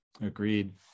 Agreed